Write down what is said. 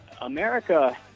America